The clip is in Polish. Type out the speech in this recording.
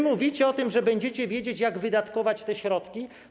Mówicie o tym, że będziecie wiedzieć, jak wydatkować te środki.